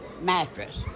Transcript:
mattress